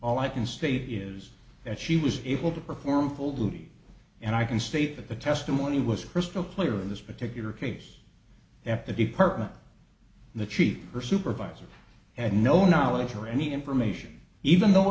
all i can state is that she was able to perform full duty and i can state that the testimony was crystal clear in this particular case after department the cheaper supervisor had no knowledge or any information even though